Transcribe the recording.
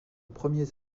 premiers